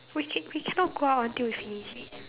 we ca~ we cannot go out until we finish